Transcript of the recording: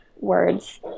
words